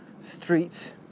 streets